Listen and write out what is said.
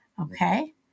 Okay